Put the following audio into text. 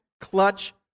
clutch